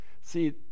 See